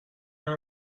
همه